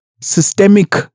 systemic